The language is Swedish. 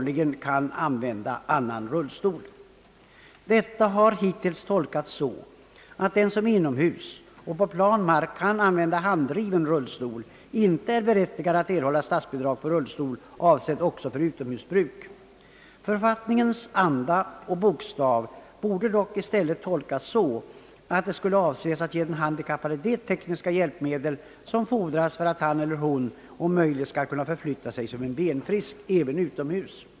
ligen kan använda annan rullstol.» Detta har hittills tolkats så, att den som inomhus och på plan mark kan använda handdriven rullstol, icke är berättigad att erhålla statsbidrag för rullstol, avsedd också för utomhusbruk. Författningens anda och bokstav borde dock i stället tolkas så, att det skulle avses att ge den handikappade det tekniska hjälpmedel, som fordras för att han eller hon om möjligt skall kunna förflytta sig som en benfrisk även utomhus.